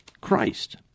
Christ